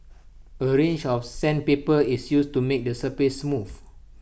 A range of sandpaper is used to make the surface smooth